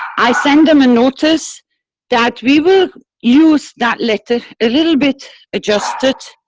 i send them a notice that we will use that letter a little bit adjusted